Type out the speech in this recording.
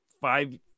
five